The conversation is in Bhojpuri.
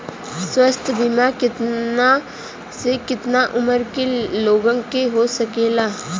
स्वास्थ्य बीमा कितना से कितना उमर के लोगन के हो सकेला?